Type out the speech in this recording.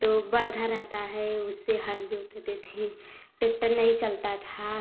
तो बरधा रहता है उससे हर जोतते थे टेक्टर नहीं चलता था